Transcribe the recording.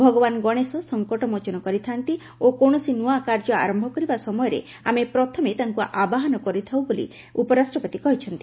ଭଗବାନ ଗଣେଶ ସଫକଟ ମୋଚନ କରିଥାନ୍ତି ଓ କୌଣସି ନୂଆ କାର୍ଯ୍ୟ ଆରମ୍ଭ କରିବା ସମୟରେ ଆମେ ପ୍ରଥମେ ତାଙ୍କୁ ଆବାହନ କରିଥାଉ ବୋଲି ଉପରାଷ୍ଟ୍ରପତି କହିଛନ୍ତି